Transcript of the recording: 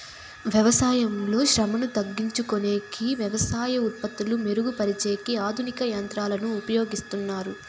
వ్యవసాయంలో శ్రమను తగ్గించుకొనేకి వ్యవసాయ ఉత్పత్తులు మెరుగు పరిచేకి ఆధునిక యంత్రాలను ఉపయోగిస్తారు